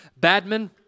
Badman